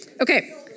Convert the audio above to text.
Okay